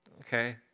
Okay